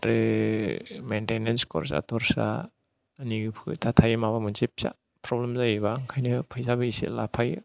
आरो मेइन्टेनेन्स खरसा टरसा माने हथाटै माबा मोनसे फिसा प्रब्लेम जायोबा ओंखायनो फैसाबो इसे लाफायो